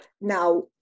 Now